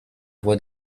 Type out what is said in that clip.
voix